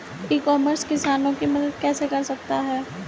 ई commerce किसानों की मदद कैसे कर सकता है?